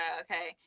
okay